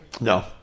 No